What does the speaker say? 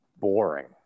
boring